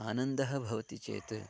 आनन्दः भवति चेत्